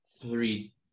three